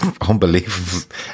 Unbelievable